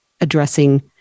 addressing